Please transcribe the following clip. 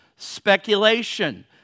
speculation